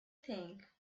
think